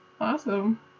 Awesome